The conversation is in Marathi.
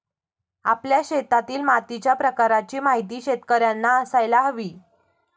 आपल्या शेतातील मातीच्या प्रकाराची माहिती शेतकर्यांना असायला हवी